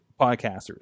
podcasters